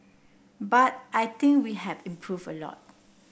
but I think we have improved a lot